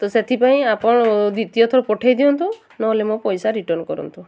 ତ ସେଥିପାଇଁ ଆପଣ ଦ୍ଵିତୀୟ ଥର ପଠେଇ ଦିଅନ୍ତୁ ନହେଲେ ମୋ ପଇସା ରିଟର୍ଣ୍ଣ କରନ୍ତୁ